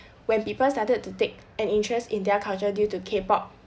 when people started to take an interest in their culture due to k pop